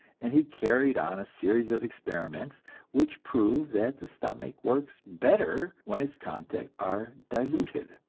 and he carried on a series of experiments which proved that the stomach works better when its contents are diluted.